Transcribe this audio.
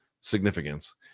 significance